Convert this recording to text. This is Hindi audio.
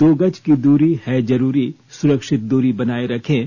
दो गज की दूरी है जरूरी सुरक्षित दूरी बनाए रखें